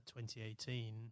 2018